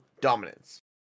dominance